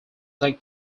take